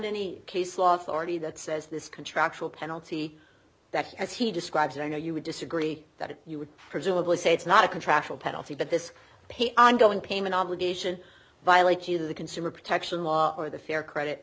any case laws already that says this contractual penalty that as he describes it i know you would disagree that it you would presumably say it's not a contractual penalty but this pay ongoing payment obligation violate you the consumer protection law or the fair credit